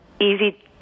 easy